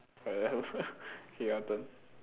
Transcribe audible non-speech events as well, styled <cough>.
what the hell <laughs> okay your turn